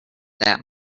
that